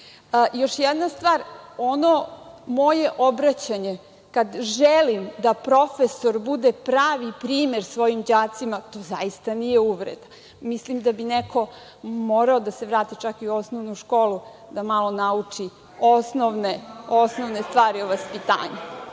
jedna stvar, ono moje obraćanje, kada želim da profesor bude pravi primer svojim đacima, to zaista nije uvreda. Mislim da bi neko morao da se vrati u osnovnu školu, da malo nauči osnovne stvari o vaspitanju.